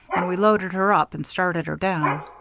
and we loaded her up and started her down.